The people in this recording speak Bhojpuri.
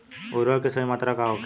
उर्वरक के सही मात्रा का होखे?